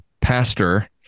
pastor